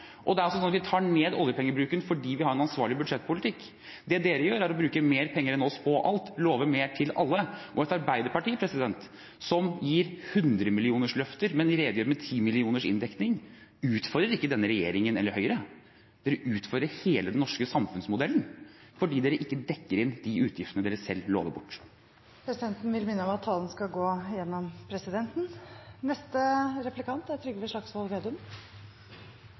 har. Det er altså sånn at vi tar ned oljepengebruken fordi vi har en ansvarlig budsjettpolitikk. Det dere gjør, er å bruke mer penger enn oss på alt, love mer til alle, og et arbeiderparti som gir hundremillionersløfter, men redegjør med ti millioner i inndekning, utfordrer ikke denne regjeringen eller Høyre. Dere utfordrer hele den norske samfunnsmodellen fordi dere ikke dekker inn de utgiftene dere selv lover bort. Presidenten vil minne om at talen skal gå gjennom presidenten.